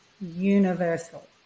universal